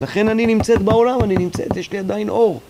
לכן אני נמצאת בעולם, אני נמצאת, יש לי עדיין אור.